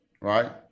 right